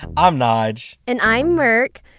i'm nyge and i'm merk.